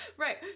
Right